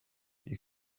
you